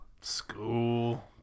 School